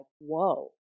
whoa